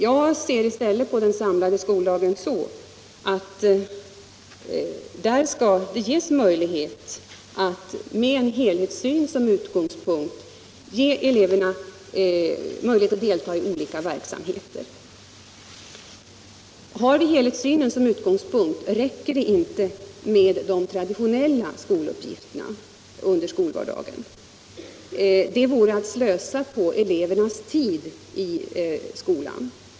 Jag ser i stället på den samlade skoldagen så att man — med en helhetssyn som utgångspunkt — skall ge eleverna tillfälle att delta i olika utvecklande verksamheter. Har vi helhetssynen som utgångspunkt, räcker det inte med de traditionella skoluppgifterna under skoldagen. Det vore att slösa med elevernas tid i skolan.